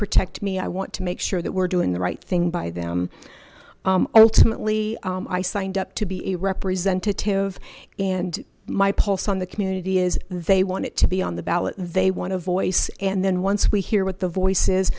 protect me i want to make sure that we're doing the right thing by them alternately i signed up to be a representative and my pulse on the community is they want it to be on the ballot they want a voice and then once we hear what the voice